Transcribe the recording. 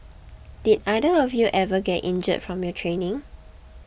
did either of you ever get injured from your training